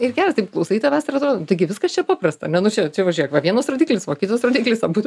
ir taip klausai tavęs ir atrodo taigi viskas čia paprasta ar ne nu čia čia va žiūrėk va vienas rodiklis va kitas rodiklis abudu